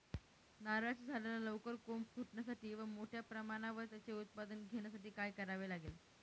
नारळाच्या झाडाला लवकर कोंब फुटण्यासाठी व मोठ्या प्रमाणावर त्याचे उत्पादन घेण्यासाठी काय करावे लागेल?